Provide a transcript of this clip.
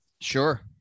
Sure